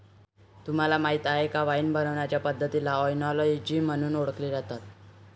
तुम्हाला माहीत आहे का वाइन बनवण्याचे पद्धतीला ओएनोलॉजी म्हणून ओळखले जाते